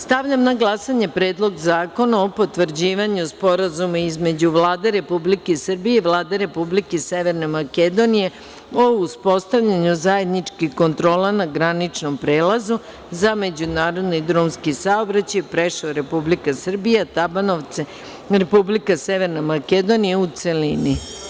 Stavljam na glasanje Predlog zakona o potvrđivanju Sporazuma između Vlade Republike Srbije i Vlade Republike Severne Makedonije o uspostavljanju zajedničkih kontrola na graničnom prelazu za međunarodni drumski saobraćaj Preševo (Republika Srbija) – Tabanovce (Republika Severna Makedonija), u celini.